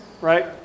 right